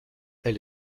elle